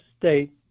State